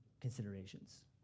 considerations